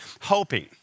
hoping